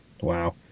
Wow